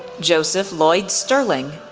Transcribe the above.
joseph lloyd sterling,